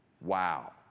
Wow